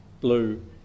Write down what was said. blue